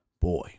Boy